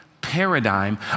paradigm